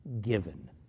given